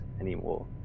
anymore